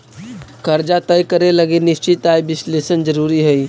कर्जा तय करे लगी निश्चित आय विश्लेषण जरुरी हई